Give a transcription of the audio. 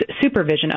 supervision